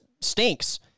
stinks